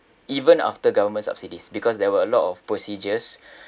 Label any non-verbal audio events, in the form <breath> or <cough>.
even after government subsidies because there were a lot of procedures <breath>